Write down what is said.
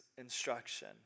instruction